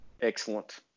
Excellent